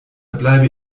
bleibe